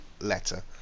letter